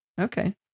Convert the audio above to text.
Okay